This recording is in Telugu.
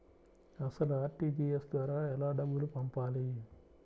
అసలు అర్.టీ.జీ.ఎస్ ద్వారా ఎలా డబ్బులు పంపాలి?